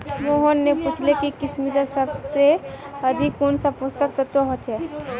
मोहन ने पूछले कि किशमिशत सबसे अधिक कुंन सा पोषक तत्व ह छे